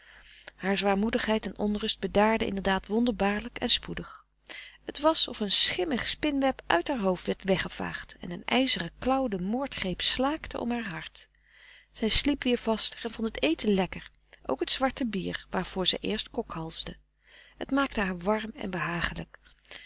haar zwaarmoedigheid en onrust bedaarde inderdaad wonderbaarlijk en spoedig het was of een schimmig spinweb uit haar hoofd werd weggevaagd en een ijzeren klauw den moordgreep slaakte om haar hart zij sliep weer vaster en vond het eten lekker ook het zwarte bier waarvoor zij eerst kokhalsde het maakte haar warm en behagelijk